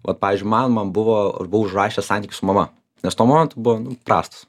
vat pavyzdžiui man man buvo aš buvau užrašęs santykiai su mama nes tuo momentu buvo nu prastas